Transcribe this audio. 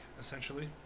essentially